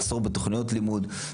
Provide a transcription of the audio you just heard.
מחסור בתוכניות לימוד,